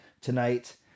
tonight